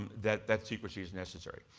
that that secrecy is necessary.